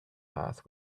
path